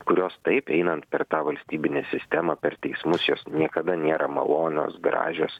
kurios taip einant per tą valstybinę sistemą per teismus jos niekada nėra malonios gražios